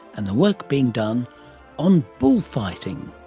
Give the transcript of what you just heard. and the work being done on bullfighting.